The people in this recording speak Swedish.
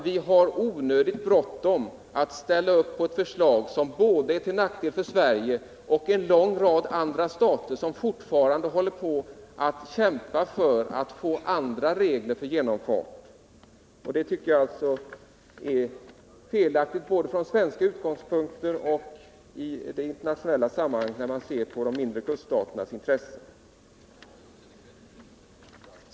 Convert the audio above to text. Vi har onödigt bråttom att ställa upp på ett förslag som är till nackdel både för Sverige och för en lång rad andra stater, som fortfarande kämpar för att få andra regler för genomfart. Det är felaktigt både från svenska utgångspunkter och internationellt sett med hänsyn till de mindre kuststaternas intressen.